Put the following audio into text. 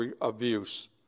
abuse